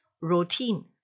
routine